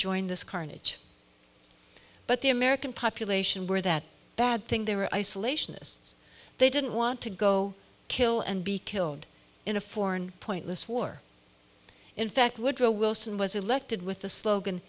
join this carnage but the american population were that bad thing they were isolationists they didn't want to go kill and be killed in a foreign pointless war in fact woodrow wilson was elected with the slogan